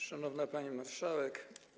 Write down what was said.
Szanowna Pani Marszałek!